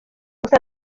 gusa